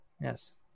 yes